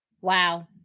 wow